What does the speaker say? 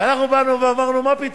ואנחנו באנו ואמרנו: מה פתאום?